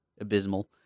abysmal